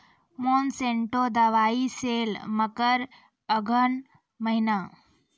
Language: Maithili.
मोनसेंटो दवाई सेल मकर अघन महीना,